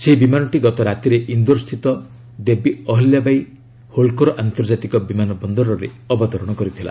ସେହି ବିମାନଟି ଗତ ରାତିରେ ଇନ୍ଦୋରସ୍ଥିତ ଦେବୀ ଅହଲ୍ୟାବାଇ ହୋଲକର ଆନ୍ତର୍କାତୀକ ବିମାନ ବନ୍ଦରରେ ଅବତରଣ କରିଥିଲା